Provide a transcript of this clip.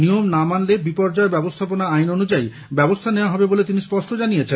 নিয়ম না মানলে বিপর্যয় ব্যবস্থাপনা আইন অনুযায়ী ব্যবস্থা নেওয়া হবে বলে তিনি স্পষ্ট জানিয়েছেন